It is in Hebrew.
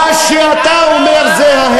זה הבל, מה שאתה אומר זה ההבל.